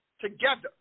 together